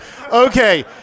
Okay